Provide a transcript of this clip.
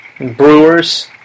Brewers